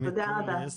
כרמית יוליס,